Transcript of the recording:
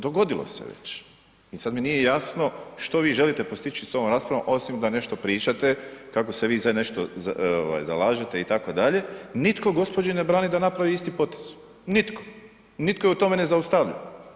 Dogodilo se već i sada mi nije jasno što vi želite postići sa ovom raspravom osim da nešto pričate kako se vi sad nešto zalažete itd., nitko gospođi ne brani da napravi isti potez, nitko i nitko je u tome ne zaustavlja.